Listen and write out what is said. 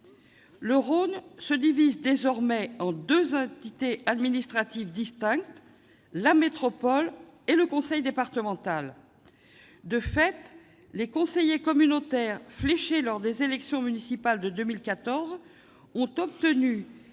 Le Rhône se divise désormais en deux entités administratives distinctes : la métropole et le conseil départemental. De fait, les conseillers communautaires fléchés lors des élections municipales de 2014 ont obtenu,